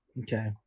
Okay